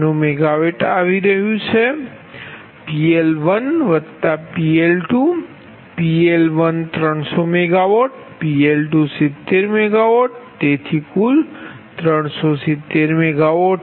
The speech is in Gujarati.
96MW આવી રહ્યું છે PL1PL2 PL1300MW PL270MW તેથી કુલ 370MW છે